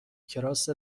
کراس